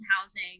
housing